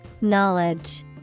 Knowledge